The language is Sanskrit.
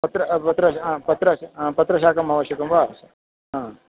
पत्र पत्र पत्र पत्रशाकम् आवश्यकं वा हा